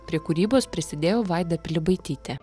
prie kūrybos prisidėjo vaida pilibaitytė